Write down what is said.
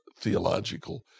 theological